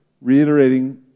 reiterating